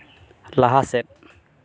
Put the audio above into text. ᱞᱟᱦᱟ ᱥᱮᱫ